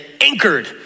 anchored